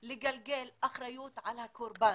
בגלל הקורונה.